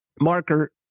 marker